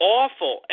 awful